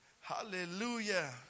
hallelujah